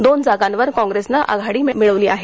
दोन जागांवर कॉंग्रेसनं आघाडी मिळवली आहे